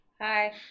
Hi